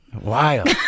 wild